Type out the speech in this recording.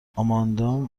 آماندا